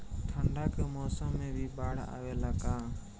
ठंडा के मौसम में भी बाढ़ आवेला का?